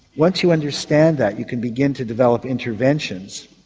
once you understand that you can begin to develop interventions.